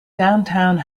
downtown